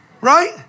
Right